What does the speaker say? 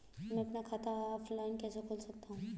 मैं अपना खाता ऑफलाइन कैसे खोल सकता हूँ?